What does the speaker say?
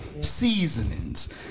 Seasonings